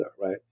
right